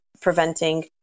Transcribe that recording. preventing